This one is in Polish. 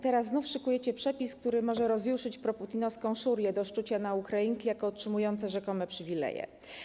Teraz znów szykujecie przepis, który może rozjuszyć proputinowską szurię do szczucia na Ukrainki jako otrzymujące rzekome przywileje.